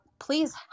please